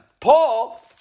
Paul